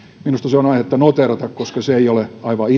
minusta se on on aihetta noteerata koska se ei ole aivan